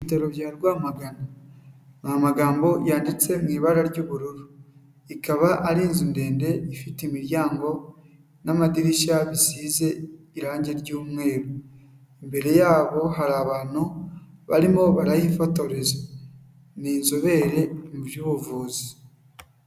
Ibitaro bya Rwamagana, ni amagambo yanditse mu ibara ry'ubururu, ikaba ari inzu ndende ifite imiryango n'amadirishya bisize irangi ry'umweru, imbere yabo hari abantu barimo barahifotoreza, ni inzobere mu by'ubuvuzi.